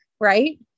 right